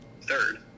third